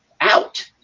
out